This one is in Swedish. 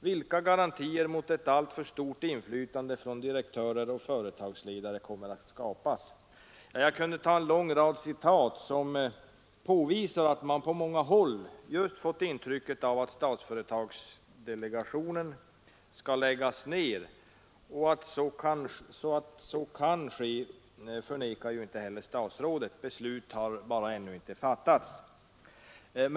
Vilka garantier mot ett allt för stort inflytande från direktörer och företagsledare kommer att skapas?” Jag kunde ta en lång rad citat som visar att man på många håll fått intryck av att delegationen skall läggas ned, och att så kan ske förnekar ju inte heller statsrådet. Beslut har bara ännu inte fattats.